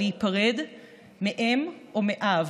או להיפרד מאם או מאב,